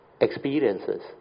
experiences